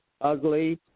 ugly